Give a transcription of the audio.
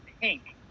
pink